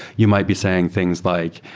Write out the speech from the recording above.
you might be saying things like,